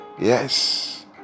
yes